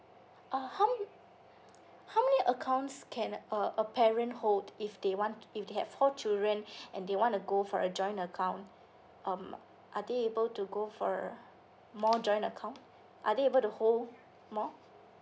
uh how how many accounts can a a parent hold if they want if they have four children and they want to go for a joint account um are they able to go for err more joint account are they able to hold more